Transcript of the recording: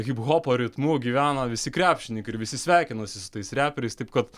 hiphopo ritmu gyvena visi krepšininkai ir visi sveikinosi su tais reperiais taip kad